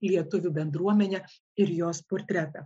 lietuvių bendruomenę ir jos portretą